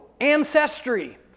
ancestry